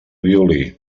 violí